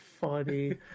funny